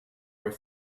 were